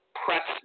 press